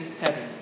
heaven